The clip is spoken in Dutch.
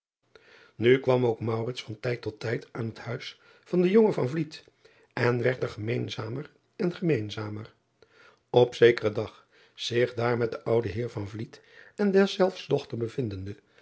u kwam ook van tijd tot tijd aan het huis van den jongen en werd er gemeenzamer en gemeenzamer p zekeren dag zich daar met den ouden eer en deszelfs dochter bevindende